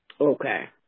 Okay